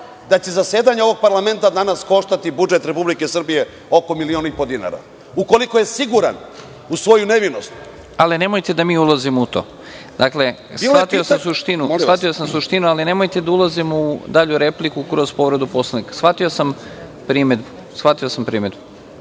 da će zasedanje ovog parlamenta danas koštati budžet Republike Srbije oko milion i po dinara. Ukoliko je siguran u svoju nevinost… **Nebojša Stefanović** Ali, nemojte da mi ulazimo u to. Shvatio sam suštinu, ali nemojte da ulazimo u dalju repliku kroz povredu Poslovnika. Shvatio sam primedbu.